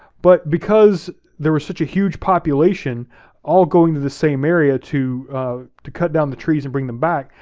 but because there was such a huge population all going to the same area to to cut down the trees and bring them back,